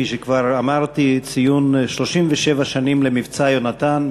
כפי שכבר אמרתי: ציון 37 שנים ל"מבצע יונתן",